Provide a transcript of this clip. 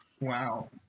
Wow